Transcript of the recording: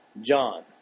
John